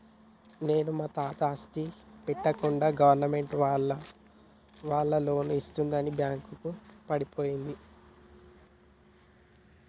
నిన్న మా తాత ఆస్తి పెట్టకుండా గవర్నమెంట్ వాళ్ళు లోన్లు ఇస్తుందని బ్యాంకుకు పోయిండు